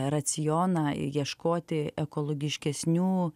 racioną ieškoti ekologiškesnių